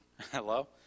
Hello